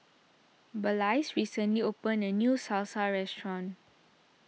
Blaise recently opened a new Salsa restaurant